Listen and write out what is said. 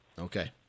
Okay